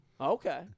Okay